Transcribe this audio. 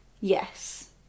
yes